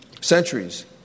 centuries